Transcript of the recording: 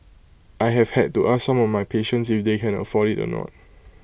I have had to ask some of my patients if they can afford IT or not